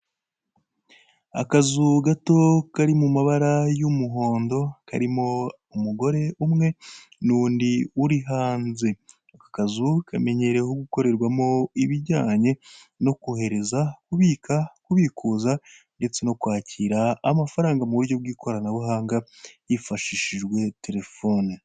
Akazu gato kari mu mabara y'umuhondo, karimo umugore umwe n'undi uri hanze, aka kazu kamenyerewe gukorerwamwo ibijyanye no kohereza, kubika, kubikuza ndetse no kwakira amafaranga mu buryo bw'ikoranabuhanga hifashishijwe Telefoni.